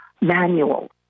manual